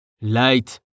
Light